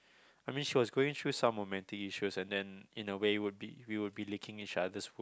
I mean she was going through some romantic issues and then in a way would be we would be licking each other